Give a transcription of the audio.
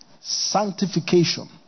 Sanctification